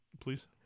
please